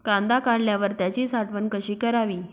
कांदा काढल्यावर त्याची साठवण कशी करावी?